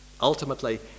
Ultimately